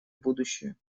будущее